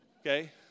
Okay